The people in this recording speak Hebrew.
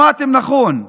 שמעתם נכון: